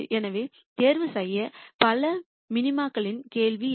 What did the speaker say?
எனவே தேர்வு செய்ய பல மினிமாக்களின் கேள்வி இல்லை